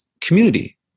community